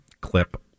clip